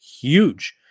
huge